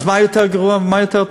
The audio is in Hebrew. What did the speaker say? אז מה יותר גרוע ומה יותר טוב?